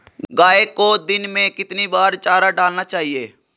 गाय को दिन में कितनी बार चारा डालना चाहिए?